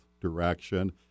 direction